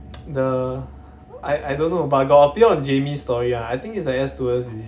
the I I don't know but got appear on jamie's story ah I think it's a air stewardess is it